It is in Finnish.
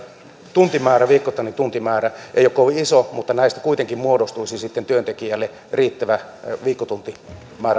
vaikka viikoittainen tuntimäärä ei olisi kovin iso näistä kuitenkin muodostuisi työntekijälle riittävä viikkotuntimäärä